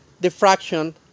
diffraction